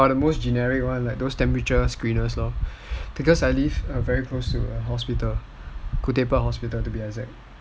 the most generic one like those temperature screeners lor because I live very close to a hospital khoo teck puat hospital to be exact